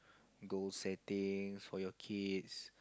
goal settings for your kids